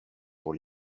pour